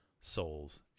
souls